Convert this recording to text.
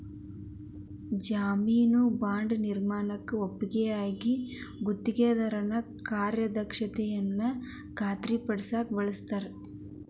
ಜಾಮೇನು ಬಾಂಡ್ ನಿರ್ಮಾಣ ಒಪ್ಪಂದಕ್ಕಾಗಿ ಗುತ್ತಿಗೆದಾರನ ಕಾರ್ಯಕ್ಷಮತೆಯನ್ನ ಖಾತರಿಪಡಸಕ ಬಳಸ್ತಾರ